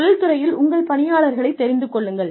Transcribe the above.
தொழில் துறையில் உள்ள பணியாளர்களைத் தெரிந்து கொள்ளுங்கள்